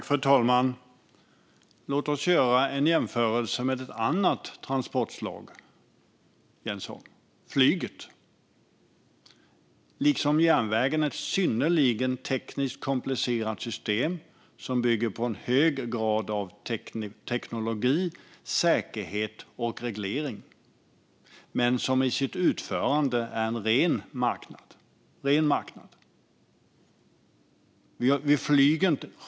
Fru talman! Jens Holm! Låt oss göra en jämförelse med ett annat transportslag: flyget. Liksom järnvägen är det ett synnerligen tekniskt komplicerat system som bygger på en hög grad av teknologi, säkerhet och reglering. Men i sitt utförande är det en ren marknad.